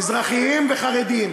מזרחים וחרדים.